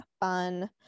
fun